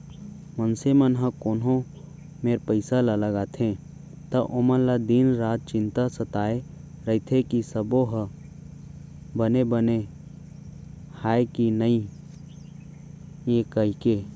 मनसे मन ह कोनो मेर पइसा ल लगाथे त ओमन ल दिन रात चिंता सताय रइथे कि सबो ह बने बने हय कि नइए कइके